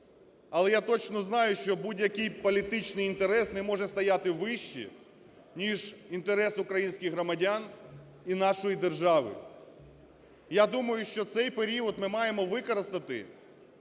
Але я точно знаю, що будь-який політичний інтерес не може стояти вище, ніж інтерес українських громадян і нашої держави. Я думаю, що цей період ми маємо використати